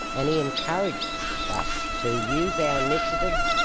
and he encouraged us to use our initiative,